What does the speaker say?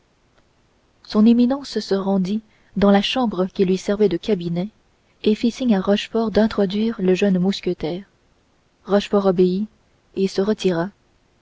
son éminence se rendit dans la chambre qui lui servait de cabinet et fit signe à rochefort d'introduire le jeune mousquetaire rochefort obéit et se retira